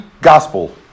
gospel